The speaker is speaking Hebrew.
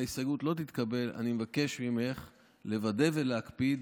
אני מבקש ממך לוודא ולהקפיד,